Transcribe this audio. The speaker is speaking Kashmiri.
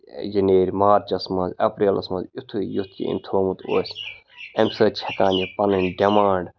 یہِ نیرِ مارچَس منٛز اپریلَس منٛز یِتھُے یُتھ یہِ أمۍ تھومُت اوس اَمہِ سۭتۍ چھِ ہٮ۪کان یہِ پَنٕنۍ ڈِمانٛڈ